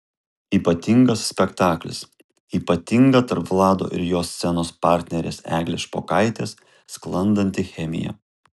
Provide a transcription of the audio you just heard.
ypatingas spektaklis ypatinga tarp vlado ir jo scenos partnerės eglės špokaitės sklandanti chemija